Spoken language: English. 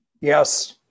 Yes